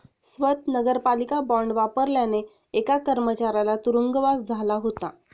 स्वत नगरपालिका बॉंड वापरल्याने एका कर्मचाऱ्याला तुरुंगवास झाला होता